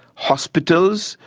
hospitals,